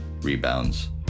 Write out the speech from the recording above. rebounds